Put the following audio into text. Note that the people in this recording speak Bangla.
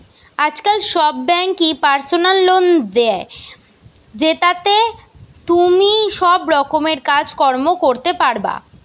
আজকাল সব বেঙ্কই পার্সোনাল লোন দে, জেতাতে তুমি সব রকমের কাজ কর্ম করতে পারবা